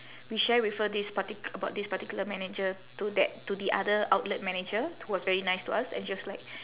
we share with her this partic~ about this particular manager to that to the other outlet manager who was very nice to us and she was like